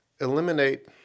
eliminate